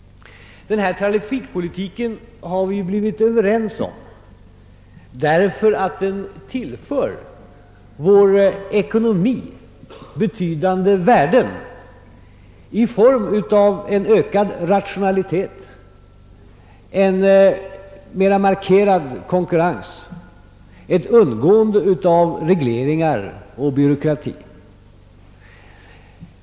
Denna trafikpolitik har vi kommit överens om därför att den tillför vår ekonomi betydande värden genom ökad rationalisering, en mera markerad konkurrens samt undvikande av regleringar och byråkrati.